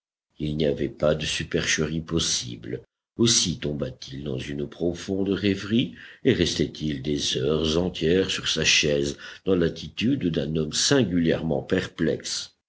il n'y avait pas de supercherie possible aussi tomba t il dans une profonde rêverie et restait-il des heures entières sur sa chaise dans l'attitude d'un homme singulièrement perplexe